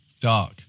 Dark